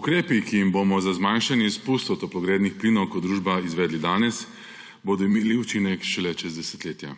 Ukrepi, ki jih bomo z zmanjšanjem izpustov toplogrednih plinov kot družba izvedli danes, bodo imeli učinek šele čez desetletja.